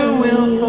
ah will